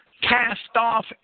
cast-off